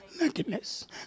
nakedness